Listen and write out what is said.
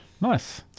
nice